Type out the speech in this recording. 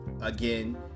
again